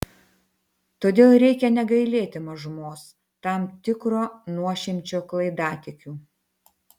todėl reikia negailėti mažumos tam tikro nuošimčio klaidatikių